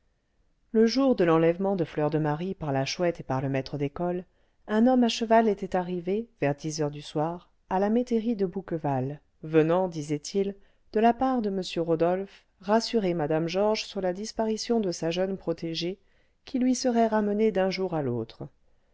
le jour de l'enlèvement de fleur de marie par la chouette et par le maître d'école un homme à cheval était arrivé vers dix heures du soir à la métairie de bouqueval venant disait-il de la part de m rodolphe rassurer mme georges sur la disparition de sa jeune protégée qui lui serait ramenée d'un jour à l'autre